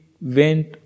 went